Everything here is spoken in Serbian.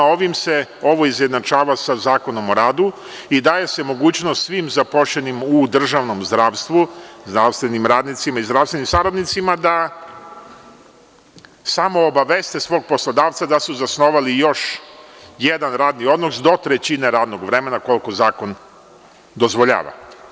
Ovim se ovo izjednačava sa Zakonom o radu i daje se mogućnost svim zaposlenim u državnom zdravstvu, zdravstvenim radnicima i zdravstvenim saradnicima da samo obaveste svog poslodavca da su zasnovali još jedan radni odnos do trećine radnog vremena, koliko zakon dozvoljava.